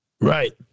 Right